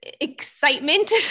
excitement